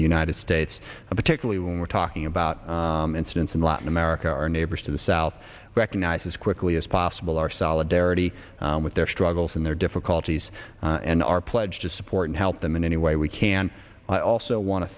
the united states particularly when we're talking about incidents in latin america our neighbors to the south recognize as quickly as possible our solidarity with their struggles and their difficulties and our pledge to support and help them in any way we can i also wan